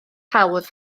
hawdd